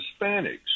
Hispanics